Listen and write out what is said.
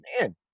man